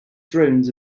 drones